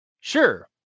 sure